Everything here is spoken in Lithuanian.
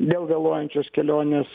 dėl vėluojančios kelionės